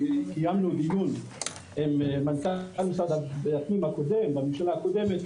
קיימנו דיון עם מנכ"ל משרד הפנים הקודם,